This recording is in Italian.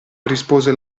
rispose